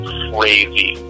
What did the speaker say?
crazy